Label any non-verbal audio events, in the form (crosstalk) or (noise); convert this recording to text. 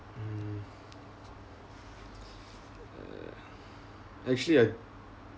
mm (noise) actually I